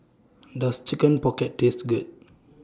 Does Chicken Pocket Taste Good